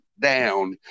down